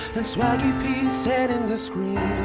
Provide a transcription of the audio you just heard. and swaggy p's setting the screen